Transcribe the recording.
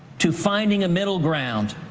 to finding a middle ground.